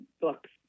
books